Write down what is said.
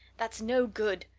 that's no good.